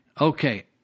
Okay